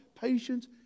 patience